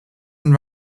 and